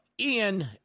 Ian